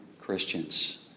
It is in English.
Christians